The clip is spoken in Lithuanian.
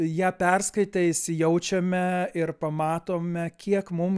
ją perskaitę įsijaučiame ir pamatome kiek mum